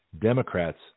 Democrats